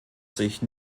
sich